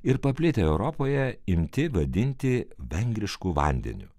ir paplitę europoje imti vadinti vengrišku vandeniu